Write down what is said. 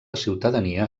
ciutadania